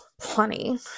plenty